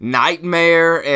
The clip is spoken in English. nightmare